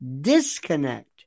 disconnect